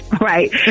Right